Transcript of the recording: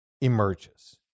emerges